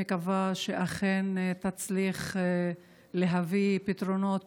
אני מקווה שאכן תצליח להביא פתרונות